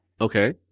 Okay